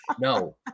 No